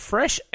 Fresh